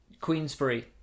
Queensbury